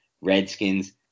Redskins